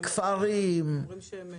כפרים לצעירים.